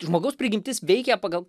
žmogaus prigimtis veikė pagal